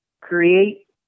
create